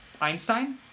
Einstein